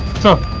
sir.